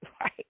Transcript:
right